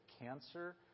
cancer